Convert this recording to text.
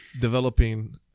developing